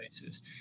basis